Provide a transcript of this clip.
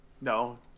No